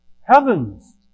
heavens